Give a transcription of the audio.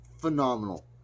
phenomenal